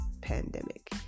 pandemic